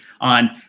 on